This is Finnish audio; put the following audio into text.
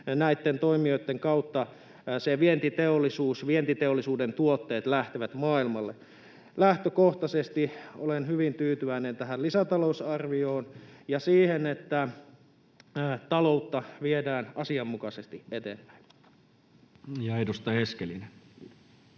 vientiteollisuus, vientiteollisuuden tuotteet lähtevät maailmalle. Lähtökohtaisesti olen hyvin tyytyväinen tähän lisätalousarvioon ja siihen, että taloutta viedään asianmukaisesti eteenpäin. [Speech